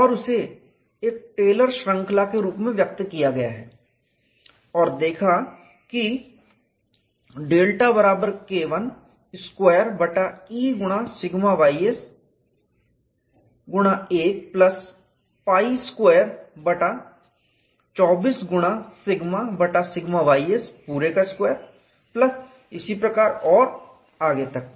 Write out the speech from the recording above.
और इसे एक टेलर श्रृंखला के रूप में व्यक्त किया और देखा कि डेल्टा बराबर KI स्क्वायर बटा E गुणा σys गुणा 1 प्लस पाई स्क्वायर बटा 24 गुणा σ बटा σ ys पूरे का स्क्वायर प्लस इसी प्रकार और आगे तक